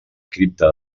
cripta